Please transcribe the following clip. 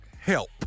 help